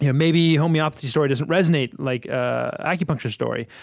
yeah maybe homeopathy story doesn't resonate like ah acupuncture story.